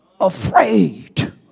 afraid